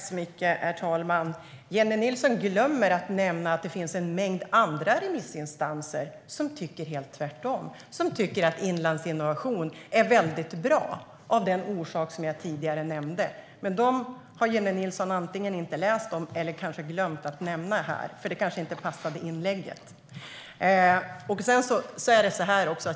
Herr talman! Jennie Nilsson glömmer att nämna att det finns en mängd andra remissinstanser som tycker helt tvärtom. De tycker att Inlandsinnovation är väldigt bra av den orsak som jag tidigare nämnde. Men det har Jennie Nilsson antingen inte läst om eller kanske glömt att nämna här. Det kanske inte passade inlägget.